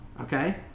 okay